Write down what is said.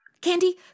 Candy